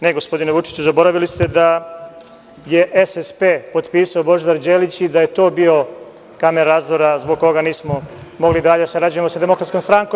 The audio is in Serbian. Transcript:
Ne, gospodine Vučiću, zaboravili ste da je SSP potpisao Božidar Đelić i da je to bio kamen razdora zbog koga nismo mogli dalje da sarađujemo sa Demokratskom strankom.